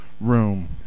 Room